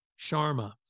Sharma